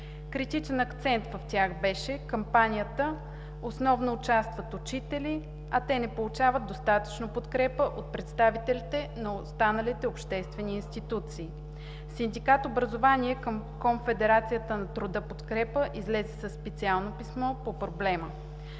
Критичен акцент в тях беше кампанията. Основно участват учители, а те не получават достатъчно подкрепа от представителите на останалите обществени институции. Синдикат „Образование“ към Конфедерацията на труда „Подкрепа“ излезе със специално писмо по проблема.